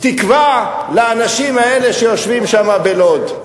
תקווה לאנשים האלה שיושבים שם בלוד.